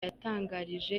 yatangarije